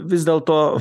vis dėlto